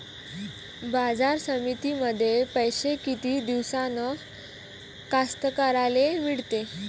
बाजार समितीतले पैशे किती दिवसानं कास्तकाराइले मिळते?